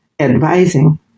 advising